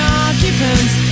occupants